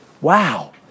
Wow